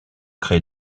créé